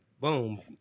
Boom